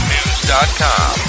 News.com